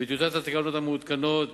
וטיוטת התקנות המעודכנות,